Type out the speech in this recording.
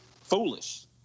foolish